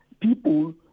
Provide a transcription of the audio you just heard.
people